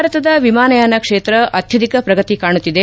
ಭಾರತದ ವಿಮಾನಯಾನ ಕ್ಷೇತ್ರ ಅತ್ಲಧಿಕ ಪ್ರಗತಿ ಕಾಣುತ್ತಿದೆ